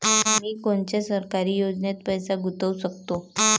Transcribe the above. मी कोनच्या सरकारी योजनेत पैसा गुतवू शकतो?